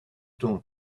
don‘t